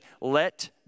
let